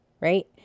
right